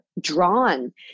drawn